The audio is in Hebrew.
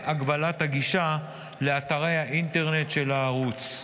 הגבלת הגישה לאתרי האינטרנט של הערוץ.